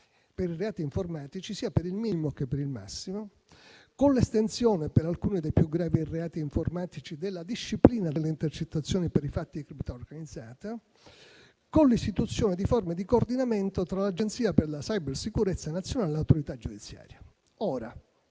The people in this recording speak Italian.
per i reati informatici, sia per il minimo che per il massimo; con l'estensione, per alcuni dei più gravi reati informatici, della disciplina delle intercettazioni per i fatti di criminalità organizzata; con l'istituzione di forme di coordinamento tra l'Agenzia per la cybersicurezza nazionale e l'autorità giudiziaria. È